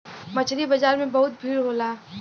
मछरी बाजार में बहुत भीड़ होला